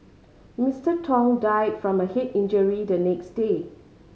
Mister Tong died from a head injury the next day